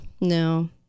no